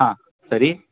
ಹಾಂ ಸರಿ